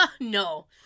No